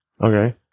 Okay